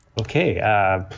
Okay